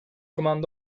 comment